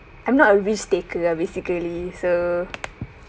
I'm not a risk taker ah basically so